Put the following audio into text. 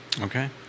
Okay